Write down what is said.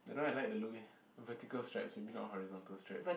I don't know I like the look eh vertical stripes I mean not horizontal stripes